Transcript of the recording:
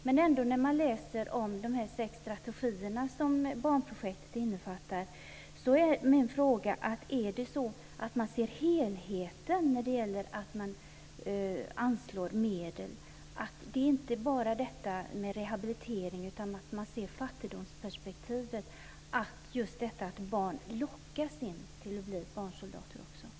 Min fråga, efter att ha läst om de sex strategier som barnprojektet innefattar, är: Ser man helheten när man anslår medel, att det inte bara handlar om rehabilitering utan att man måste se fattigdomsperspektivet, att barn lockas till att bli barnsoldater?